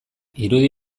irudi